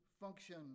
function